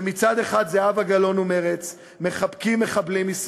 שמצד אחד זהבה גלאון אומרת "מחבקים מחבלים" משמאל,